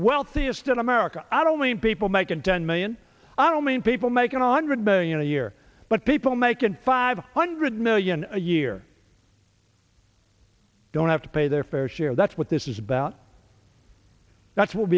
wealthiest in america i don't mean people making ten million i don't mean people making two hundred million a year but people making five hundred million a year don't have to pay their fair share that's what this is about that